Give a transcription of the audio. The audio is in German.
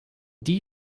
die